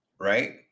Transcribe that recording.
Right